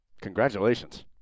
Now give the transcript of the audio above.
Congratulations